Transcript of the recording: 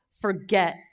forget